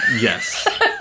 Yes